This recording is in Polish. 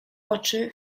oczy